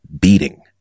beating